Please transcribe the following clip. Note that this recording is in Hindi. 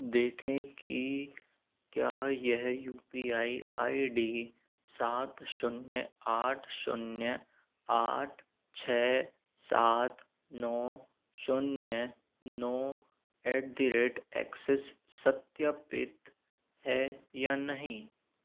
देखें कि क्या यह U P I I D सात शून्य आठ शून्य आठ छ सात नौ शून्य नौ एट दी रेट ऐक्सिस सत्यापित है या नहीं